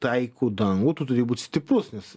taikų dangų tu turi būt stiprus nes